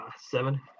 Seven